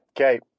Okay